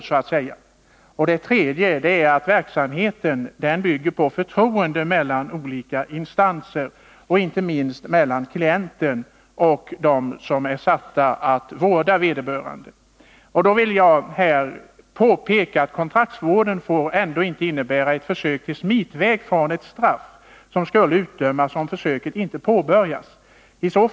För det tredje vill jag peka på att den pågående verksamheten bygger på förtroende mellan olika instanser och då inte minst mellan klienten och dem som är satta att vårda honom. Jag vill påpeka att kontraktsvården inte får innebära ett försök till smitväg från ett straff som skulle ha utdömts, om försöket inte hade påbörjats i stället.